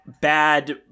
bad